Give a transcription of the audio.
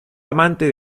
amante